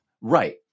right